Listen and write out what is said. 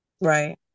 Right